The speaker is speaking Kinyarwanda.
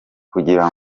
kugira